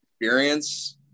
experience